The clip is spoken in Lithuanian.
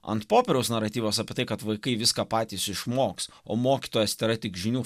ant popieriaus naratyvas apie tai kad vaikai viską patys išmoks o mokytojas tėra tik žinių